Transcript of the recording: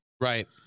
right